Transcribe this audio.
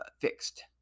fixed